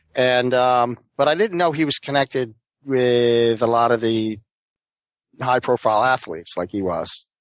and um but i didn't know he was connected with a lot of the high profile athletes like he was.